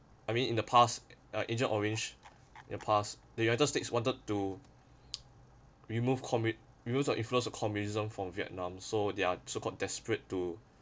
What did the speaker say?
I mean in the past uh agent orange the past the united states wanted to remove commit~ remove the influence of communism from vietnam so they are so called desperate to